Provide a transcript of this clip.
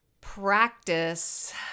practice